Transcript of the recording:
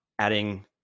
adding